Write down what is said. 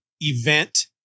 event